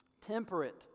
Temperate